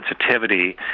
sensitivity